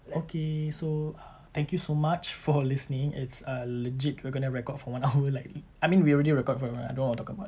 okay so thank you so much for listening it's uh legit we're going to record for one hour like I mean we already record for one hour I don't know what I'm talking about